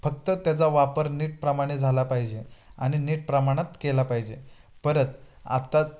फक्त त्याचा वापर नीटप्रमाणे झाला पाहिजे आनि नीट प्रमाणात केला पाहिजे परत आत्ता